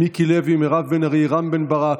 מיקי לוי, מירב בן ארי, רם בן ברק,